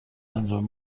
انجام